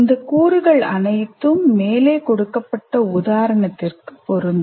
இந்த கூறுகள் அனைத்தும் மேலே கொடுக்கப்பட்ட உதாரணத்திற்கு பொருந்தும்